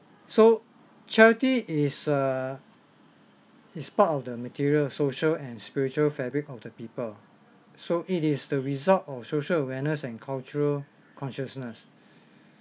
so charity is uh is part of the material social and spiritual fabric of the people so it is the result of social awareness and cultural consciousness